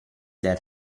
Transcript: del